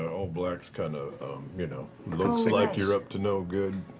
all black kind of you know looks like you're up to no good.